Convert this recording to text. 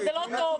אז זה לא טוב,